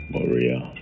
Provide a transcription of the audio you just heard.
Maria